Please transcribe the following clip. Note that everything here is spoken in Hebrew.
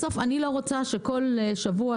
בסוף אני לא רוצה שכל שבוע,